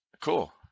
cool